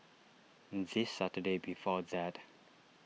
the Saturday before that